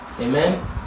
Amen